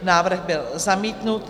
Návrh byl zamítnut.